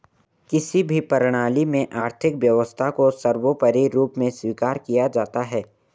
किसी भी प्रणाली में आर्थिक व्यवस्था को सर्वोपरी रूप में स्वीकार किया जाता है